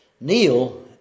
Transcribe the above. Neil